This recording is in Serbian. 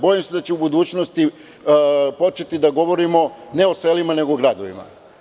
Bojim se da će u budućnosti početi da govorimo ne o selima, nego o gradovima.